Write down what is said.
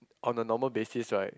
on a normal basis right